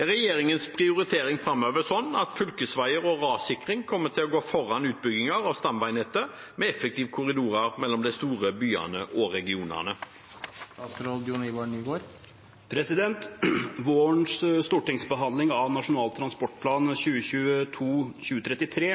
Er regjeringens prioritering fremover slik at fylkesveier og rassikring kommer til å gå foran utbygginger av stamveinettet med effektive korridorer mellom de store byene og regionene?» Vårens stortingsbehandling av Nasjonal transportplan 2022–2033